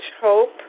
hope